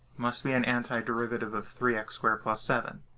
must be an antiderivative of three x squared plus seven.